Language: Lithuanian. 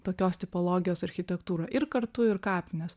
tokios tipologijos architektūrą ir kartu ir kapines